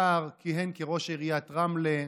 שר, כיהן כראש עיריית רמלה.